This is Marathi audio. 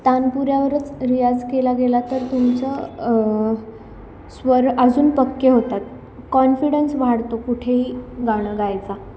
तानपुऱ्यावरच रियाज केला गेला तर तुमचं स्वर अजून पक्के होतात कॉन्फिडन्स वाढतो कुठेही गाणं गायचा